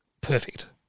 perfect